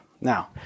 Now